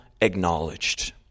acknowledged